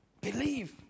Believe